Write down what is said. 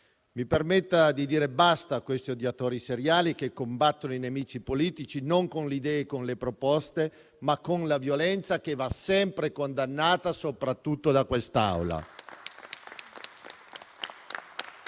Mi permetta di dire basta a questi odiatori seriali, che combattono i nemici politici non con le idee e con le proposte, ma con la violenza, che va sempre condannata, soprattutto da quest'Assemblea.